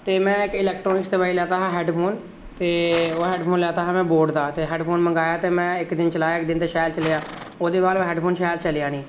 ते में इक इलैक्ट्रानिक लैता हा हैड फोन ते ओह् हैडफोन लैता हा में बोट दा हैड फोन मगंवाया ते में इक दिन चलाया ते इक दिन शैल चलेआ ओहदे बाद ओह् हैडफोन शैल चलेआ नेईं